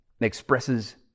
expresses